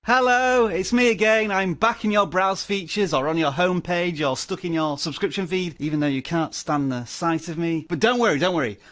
hello, it's me again. i'm back in your browse features or on your homepage, or stuck in your subscription feed, even though you can't stand the sight of me. but don't worry, don't worry,